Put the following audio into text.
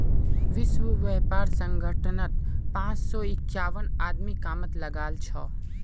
विश्व व्यापार संगठनत पांच सौ इक्यावन आदमी कामत लागल छ